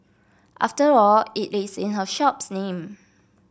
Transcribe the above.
after all it is in her shop's name